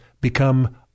become